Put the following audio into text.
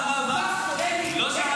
לא אני.